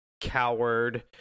coward